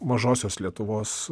mažosios lietuvos